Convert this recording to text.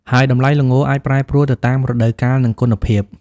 ហើយតម្លៃល្ងអាចប្រែប្រួលទៅតាមរដូវកាល និងគុណភាព។